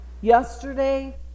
yesterday